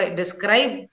describe